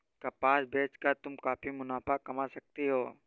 कपास बेच कर तुम काफी मुनाफा कमा सकती हो